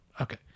Okay